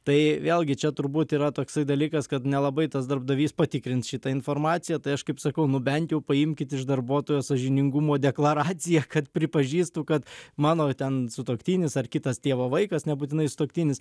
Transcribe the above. tai vėlgi čia turbūt yra toksai dalykas kad nelabai tas darbdavys patikrins šitą informaciją tai aš kaip sakau nu bent jau paimkit iš darbuotojo sąžiningumo deklaraciją kad pripažįstu kad mano ten sutuoktinis ar kitas tėvo vaikas nebūtinai sutuoktinis